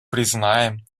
признаем